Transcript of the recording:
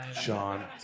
Sean